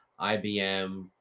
IBM